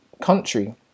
country